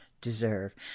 deserve